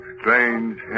strange